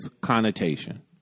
connotation